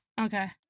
Okay